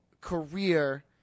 career